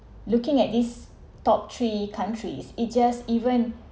looking at this top three countries it just even